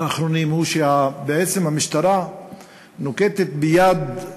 שהמשטרה נוקטת יד,